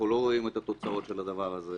אנחנו לא ראינו את התוצאות של הדבר הזה.